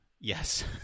yes